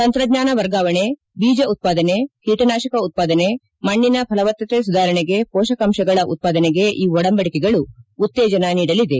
ತಂತ್ರಜ್ಞಾನ ವರ್ಗಾವಣೆ ಬೀಜ ಉತ್ತಾದನೆ ಕೀಟನಾಶಕ ಉತ್ತಾದನೆ ಮಣ್ಣಿನ ಫಲವತ್ತತೆ ಸುಧಾರಣೆಗೆ ಮೋಷಕಾಂಶಗಳ ಉತ್ಪಾದನೆಗೆ ಈ ಒಡಂಬಡಿಕೆಗಳು ಉತ್ತೇಜನ ನೀಡಲಿದೆ